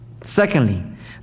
secondly